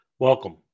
Welcome